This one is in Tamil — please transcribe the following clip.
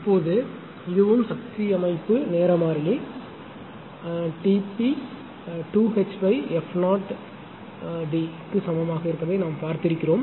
இப்போது இதுவும் சக்தி அமைப்பு நேர மாறிலி T p 2Hf 0 D க்கு சமமாக இருப்பதை நாம் பார்த்திருக்கிறோம்